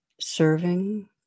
serving